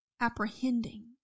apprehending